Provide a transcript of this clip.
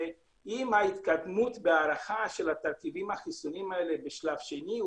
שעם ההתקדמות בהערכה של התרכיבים החיסוניים האלה בשלב השני,